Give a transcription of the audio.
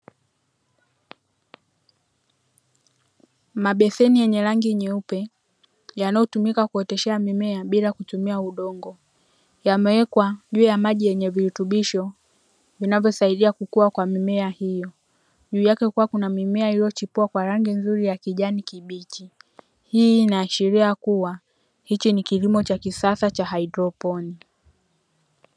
Mabeseni yenye rangi nyeupe yanayotumika kuoteshea mimea bila kutumia udongo. Yameekwa juu ya maji yenye virutubisho vinavyosaidia kukua kwa mimea hiyo. Juu yake kukiwa kuna mimea iliyochipua kwa rangi nzuri ya kijani kibichi. Hii inaashiria kuwa hichi ni kilimo cha kisasa cha haidroponi.